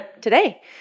today